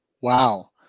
Wow